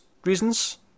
Reasons